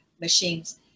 machines